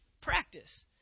practice